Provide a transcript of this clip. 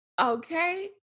Okay